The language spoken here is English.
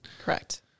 Correct